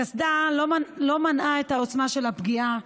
הקסדה לא מנעה את העוצמה של הפגיעה,